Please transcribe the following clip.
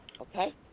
okay